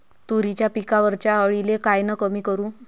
तुरीच्या पिकावरच्या अळीले कायनं कमी करू?